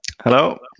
Hello